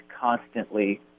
constantly